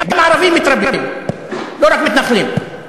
גם ערבים מתרבים, לא רק מתנחלים.